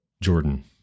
Jordan